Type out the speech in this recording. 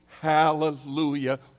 Hallelujah